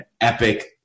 epic